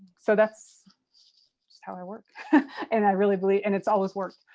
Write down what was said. so that's just how i work and i really believe, and it's always worked.